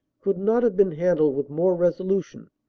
could not have been handled with more resolution,